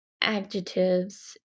adjectives